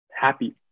happy